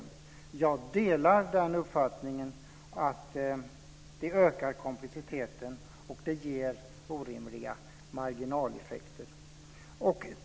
Jag delar uppfattningen att komplexiteten ökar och att det blir orimliga marginaleffekter.